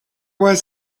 was